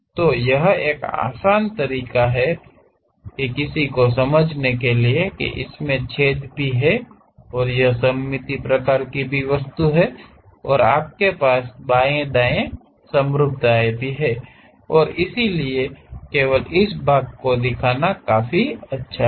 तो यह एक आसान तरीका है किसी को समजने के लिए इसमें छेद भी है और यह असममित प्रकार की वस्तु है और आपके पास बाएं दाएं समरूपता है और इसलिए केवल इस भाग को दिखाना काफी अच्छा है